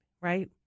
right